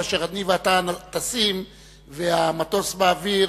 כאשר אתה ואני טסים והמטוס באוויר,